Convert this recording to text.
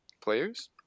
players